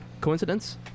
coincidence